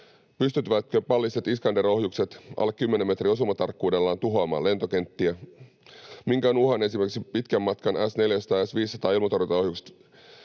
Pystyvätkö ballistiset Iskander-ohjukset alle 10 metrin osumatarkkuudellaan tuhoamaan lentokenttiä? Miten esimerkiksi pitkän matkan S-400- ja S-500-ilmatorjuntaohjukset